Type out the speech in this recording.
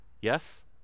Yes